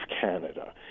Canada